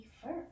first